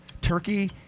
Turkey